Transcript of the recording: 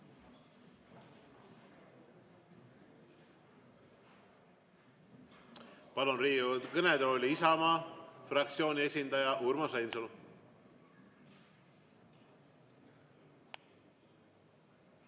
palun Riigikogu kõnetooli Isamaa fraktsiooni esindaja Urmas Reinsalu.